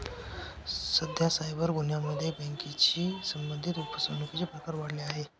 सध्या सायबर गुन्ह्यांमध्ये बँकेशी संबंधित फसवणुकीचे प्रमाण वाढले आहे